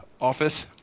office